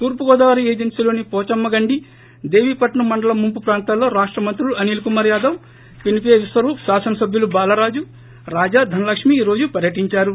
తూర్సుగోదావరి ఏజెనీలోని పోచమ్మ గండి దేవీపట్నం మండలం ముంపు ప్రాంతాల్లో రాష్ట మంత్రులు అనిల్కుమార్ యాదవ్ పినిపే విశ్వరూప్ శాసనసబ్యులు బాలరాజు రాజా ధనలక్ష్మి ఈ రోజు పర్యటించారు